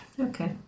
Okay